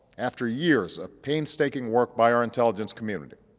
after years of painstaking work by our intelligence community,